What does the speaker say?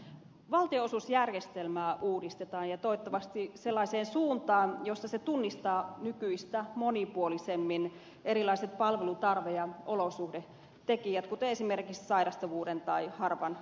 valtionosuusjärjestelmää uudistetaan ja toivottavasti sellaiseen suuntaan jossa se tunnistaa nykyistä monipuolisemmin erilaiset palvelutarve ja olosuhdetekijät kuten esimerkiksi sairastavuuden tai harvan asutuksen